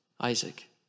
Isaac